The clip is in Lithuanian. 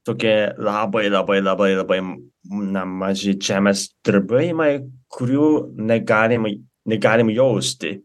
tokia labai labai labai labai nemaži žemės drebėjimai kurių negalimai negalim jausti